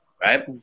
right